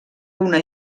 una